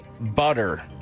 butter